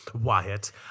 Wyatt